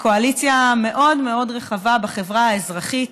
לקואליציה מאוד מאוד רחבה בחברה האזרחית